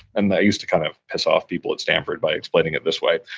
and that used to kind of piss off people at stanford, by explaining it this way.